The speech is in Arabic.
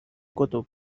كتب